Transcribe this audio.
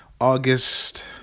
August